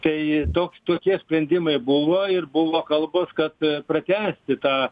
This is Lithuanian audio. kai toks tokie sprendimai buvo ir buvo kalbos kad pratęsti tą